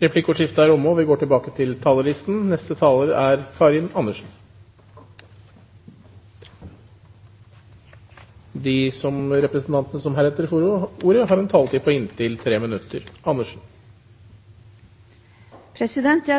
Replikkordskiftet er omme. De talerne som heretter får ordet, har en taletid på inntil 3 minutter. Jeg